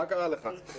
מה קרה לך?